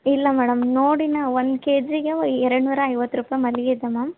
ಇಲ್ಲ ಮೇಡಮ್ ನೋಡಿ ನಾವು ಒಂದು ಕೆ ಜಿಗೆ ಎರಡು ನೂರ ಐವತ್ತು ರೂಪಾಯಿ ಮಲ್ಲಿಗೆ ಇದೆ ಮಾಮ್